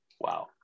Wow